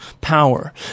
power